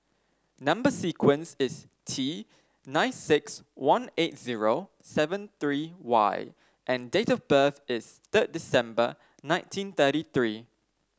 number sequence is T nine six one eight zero seven three Y and date of birth is third December nineteen thirty three